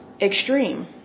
Extreme